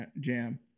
jam